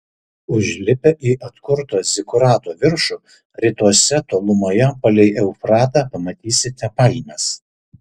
užlipę į atkurto zikurato viršų rytuose tolumoje palei eufratą pamatysite palmes